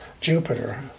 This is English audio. Jupiter